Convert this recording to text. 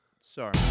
Sorry